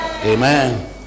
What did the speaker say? Amen